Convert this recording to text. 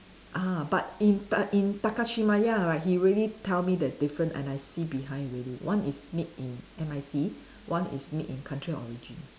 ah but in but in Takashimaya right he really tell me the different and I see behind really one is made in M_I_C one is made in country of origin